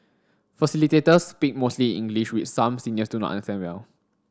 facilitators speak mostly in English which some seniors do not understand well